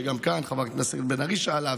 שגם חברת הכנסת בן ארי שאלה,